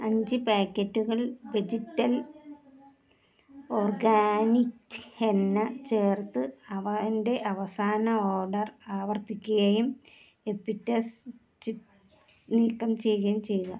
അഞ്ച് പാക്കറ്റുകൾ vegetal organic henna ചേർത്ത് അവ എന്റെ അവസാന ഓർഡർ ആവർത്തിക്കുകയും എപ്പിറ്റാസ് ചിപ്സ് നീക്കം ചെയ്യുകയും ചെയ്യുക